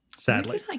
Sadly